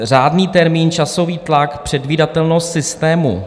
Řádný termín, časový tlak, předvídatelnost systému.